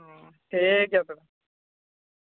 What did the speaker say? ᱦᱮᱸ ᱴᱷᱤᱠ ᱜᱮᱭᱟ ᱛᱚᱵᱮ